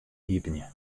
iepenje